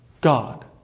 God